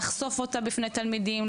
לחשוף אותה בפני תלמידים,